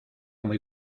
muy